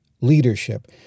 leadership